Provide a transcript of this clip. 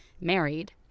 married